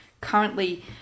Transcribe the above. currently